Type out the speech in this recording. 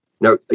Now